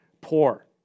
poor